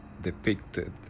depicted